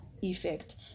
effect